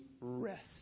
rest